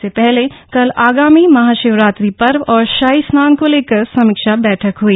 इससे पहले कल आगामी महाशिव रात्रि पर्व और शाही स्नान को लेकर समीक्षा बैठक हई